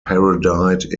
parodied